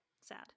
sad